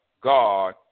God